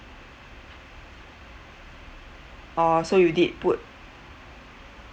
orh so you did put